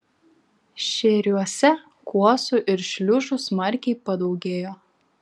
šėriuose kuosų ir šliužų smarkiai padaugėjo